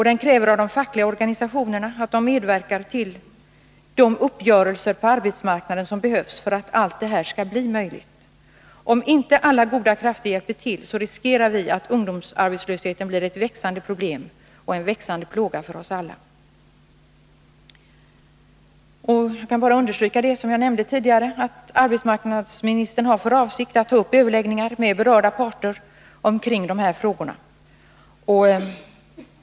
Det krävs av de fackliga organisationerna att de medverkar till de uppgörelser på arbetsmarknaden som behövs för att det här skall bli möjligt. Om inte alla goda krafter hjälper till, riskerar vi att ungdomsarbetslösheten blir ett växande problem och en växande plåga för oss alla. Jag kan bara understryka det som jag nämnde tidigare, att arbetsmarknadsministern har för avsikt att ta upp överläggningar med berörda parter omkring dessa frågor.